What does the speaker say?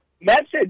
message